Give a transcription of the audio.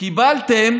קיבלתם